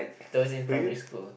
those in primary school